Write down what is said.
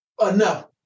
enough